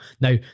Now